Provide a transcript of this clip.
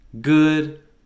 good